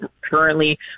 currently